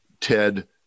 Ted